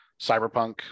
cyberpunk